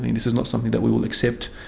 this is not something that we will accept,